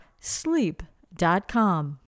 sleep.com